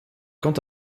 quant